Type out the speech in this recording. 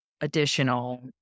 additional